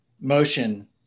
motion